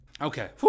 Okay